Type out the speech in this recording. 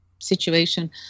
situation